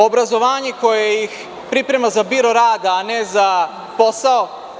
Obrazovanje koje ih priprema za biro rad, a ne za posao.